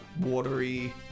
watery